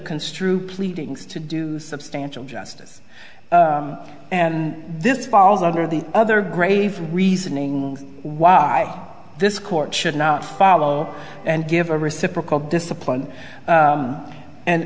construe pleadings to do substantial justice and this falls under the other graves reasoning why this court should not follow and give a reciprocal discipline